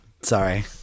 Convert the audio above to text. Sorry